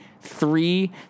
three